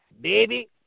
baby